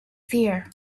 fear